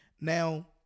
Now